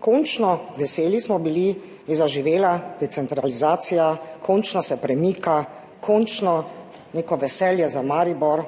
Končno, veseli smo bili, da je zaživela decentralizacija, končno se premika, končno neko veselje za Maribor